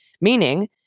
meaning